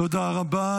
תודה רבה.